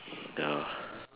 ya